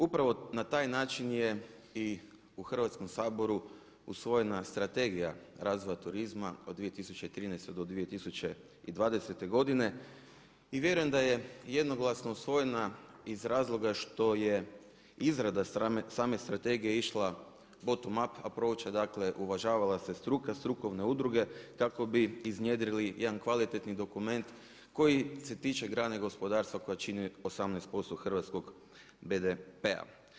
Upravo na taj način je i u Hrvatskom saboru usvojena Strategija razvoja turizma od 2013. do 2020. godine i vjerujem da je jednoglasno usvojena iz razloga što je izrada same strategije išle bottom up, a … uvažava se struka, strukovne udruge kako bi iznjedrili jedan kvalitetni dokument koji se tiče grane gospodarstva koja čini 18% hrvatskog BDP-a.